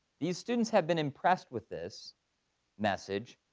these students have been impressed with this message.